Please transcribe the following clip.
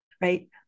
right